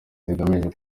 zigamije